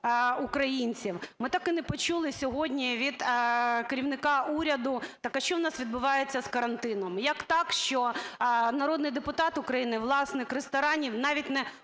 українців. Ми так і не почули сьогодні від керівника уряду, так а що в нас відбувається з карантином. Як так, що народний депутат України - власник ресторанів навіть не